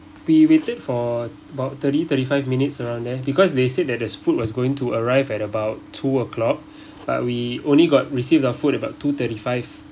we waited for about thirty thirty five minutes around there because they said that the food was going to arrive at about two o'clock but we only got received our food about two thirty five